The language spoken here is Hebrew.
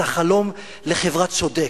את החלום לחברה צודקת,